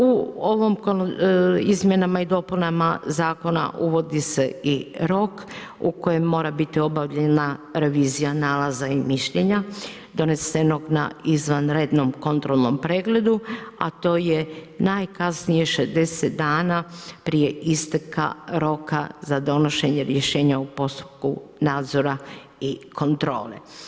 U ovim izmjenama i dopunama zakona uvodi se i rok u kojem mora biti obavljena revizija nalaza i mišljenja donesenog na izvanrednom kontrolnom pregledu, a to je najkasnije 60 dana prije isteka roka za donošenje rješenja u postupku nadzora i kontrole.